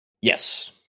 Yes